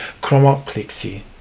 Chromoplexy